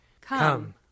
Come